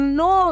no